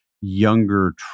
younger